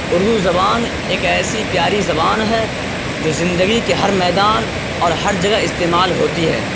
اردو زبان ایک ایسی پیاری زبان ہے جو زندگی کے ہر میدان اور ہر جگہ استعمال ہوتی ہے